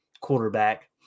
quarterback